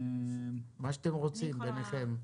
מה שאתם רוצים, ביניכם.